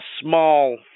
small